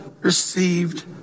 received